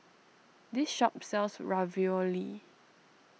this shop sells Ravioli